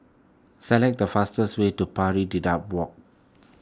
select the fastest way to Pari Dedap Walk